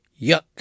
Yuck